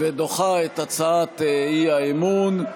ודוחה את הצעת האי-אמון.